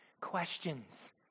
questions